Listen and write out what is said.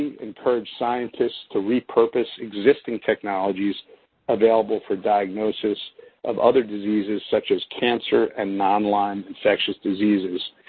encourage scientists to repurpose existing technologies available for diagnoses of other diseases, such as cancer and non-lyme infectious diseases.